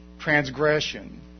transgression